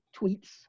tweets